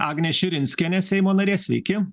agnė širinskienė seimo narė sveiki